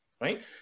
right